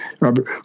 Robert